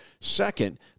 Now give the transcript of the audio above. Second